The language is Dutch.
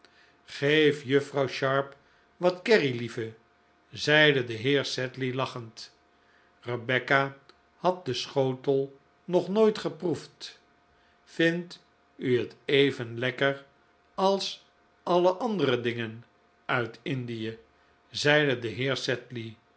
geef juffrouw sharp wat kerry lieve zeide de heer sedley lachend rebecca had den schotel nog nooit geproefd vindt u het even lekker als al het andere uit indie zeide de heer